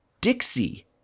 Dixie